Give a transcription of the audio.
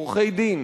עורכי-דין